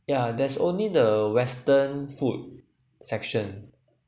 yeah there's only the western food section